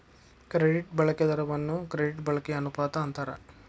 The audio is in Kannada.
ಕ್ರೆಡಿಟ್ ಬಳಕೆ ದರವನ್ನ ಕ್ರೆಡಿಟ್ ಬಳಕೆಯ ಅನುಪಾತ ಅಂತಾರ